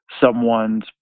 someone's